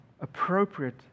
appropriate